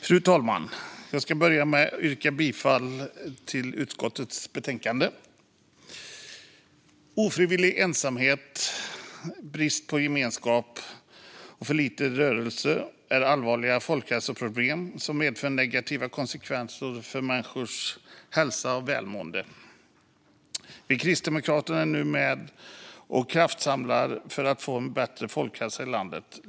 Fru talman! Jag ska börja med att yrka bifall till utskottets förslag i betänkandet. Ofrivillig ensamhet, brist på gemenskap och för lite rörelse är allvarliga folkhälsoproblem som medför negativa konsekvenser för människors hälsa och välmående. Vi kristdemokrater är nu med och kraftsamlar för att få en bättre folkhälsa i landet.